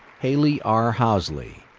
haley r. housley,